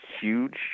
huge